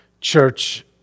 Church